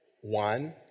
one